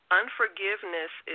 unforgiveness